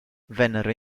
vennero